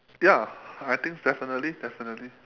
ya I think definitely definitely